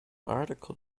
article